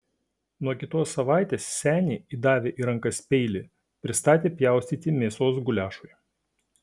nuo kitos savaitės senį įdavę į rankas peilį pristatė pjaustyti mėsos guliašui